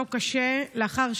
אני מזמין את